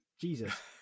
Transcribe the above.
Jesus